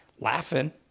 laughing